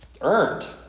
earned